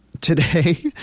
Today